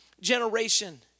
generation